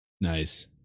Nice